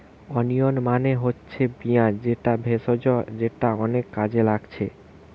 onion মানে হচ্ছে পিঁয়াজ যেটা ভেষজ যেটা অনেক কাজে লাগছে